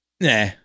Nah